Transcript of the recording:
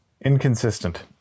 Inconsistent